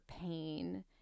pain